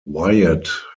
wyatt